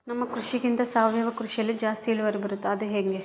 ನಮ್ಮ ಕೃಷಿಗಿಂತ ಸಾವಯವ ಕೃಷಿಯಲ್ಲಿ ಜಾಸ್ತಿ ಇಳುವರಿ ಬರುತ್ತಾ ಅದು ಹೆಂಗೆ?